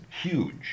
huge